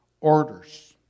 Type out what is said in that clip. orders